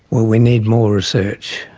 we need more research,